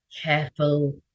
careful